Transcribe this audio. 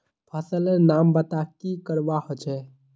फसल लेर नाम बता की करवा होचे?